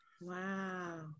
Wow